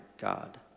God